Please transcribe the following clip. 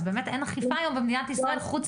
אז באמת אין אכיפה היום במדינת ישראל חוץ